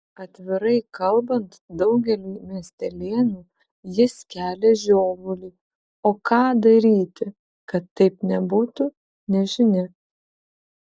atvirai kalbant daugeliui miestelėnų jis kelia žiovulį o ką daryti kad taip nebūtų nežinia